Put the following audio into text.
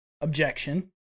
Objection